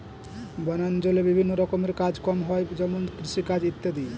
বনাঞ্চলে বিভিন্ন রকমের কাজ কম হয় যেমন কৃষিকাজ ইত্যাদি